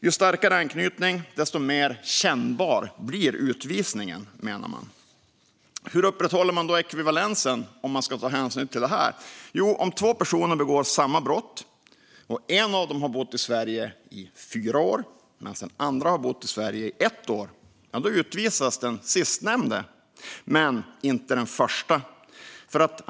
Ju starkare anknytning, desto mer kännbar blir utvisningen, menar man. Hur upprätthåller man då ekvivalensen om man ska ta hänsyn till det här? Jo, om två personer begår samma brott och en av dem har bott i Sverige i fyra år medan den andra har bott i Sverige i ett år, då utvisas den sistnämnde men inte den förste.